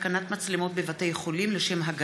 32),